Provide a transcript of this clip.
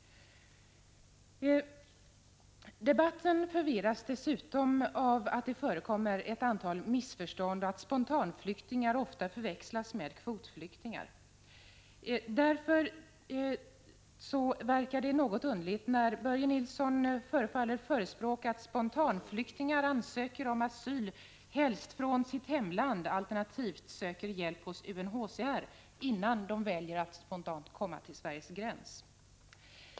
Debatten förvirras dessutom av att det förekommer ett antal missförstånd och att spontanflyktingar ofta förväxlas med kvotflyktingar. Därför är det något underligt när Börje Nilsson förefaller förespråka att spontanflyktingar helst skall ansöka om asyl från sitt hemland, alternativt söka hjälp hos UNHCR, innan de väljer att komma till Sveriges gräns.